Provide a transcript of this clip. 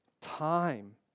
time